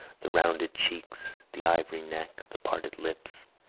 the rounded cheeks, the ivory neck, the parted lips,